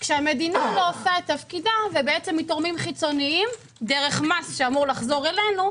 כשהמדינה לא עושה תפקידה ומתורמים חיצוניים דרך מס שאמור לחזור אלינו,